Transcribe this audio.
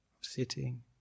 sitting